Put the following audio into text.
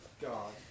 God